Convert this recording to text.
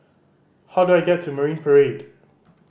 how do I get to Marine Parade